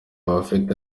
ababifite